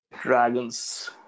dragons